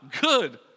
good